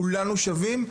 כולנו שווים,